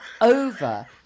over